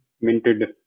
minted